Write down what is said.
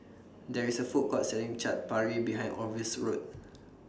There IS A Food Court Selling Chaat Papri behind Orville's Road